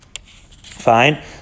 Fine